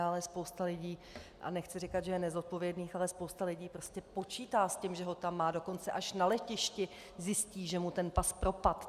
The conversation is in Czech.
Ale spousta lidí nechci říkat, že je nezodpovědných, ale spousta lidí prostě počítá s tím, že ho tam má, dokonce až na letišti zjistí, že ten pas propadl.